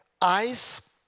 eyes